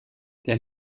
der